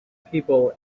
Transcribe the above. people